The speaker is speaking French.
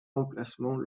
emplacement